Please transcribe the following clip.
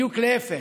בדיוק להפך,